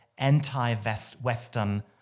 anti-Western